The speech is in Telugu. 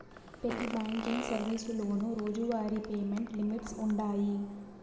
పెతి బ్యాంకింగ్ సర్వీసులోనూ రోజువారీ పేమెంట్ లిమిట్స్ వుండాయి